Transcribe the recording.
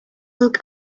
look